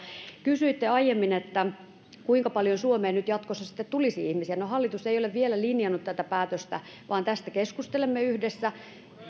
kysyitte aiemmin kuinka paljon suomeen nyt jatkossa tulisi ihmisiä no hallitus ei ole vielä linjannut tätä päätöstä vaan tästä keskustelemme yhdessä